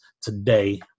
today